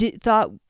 thought